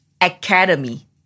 Academy